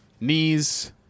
knees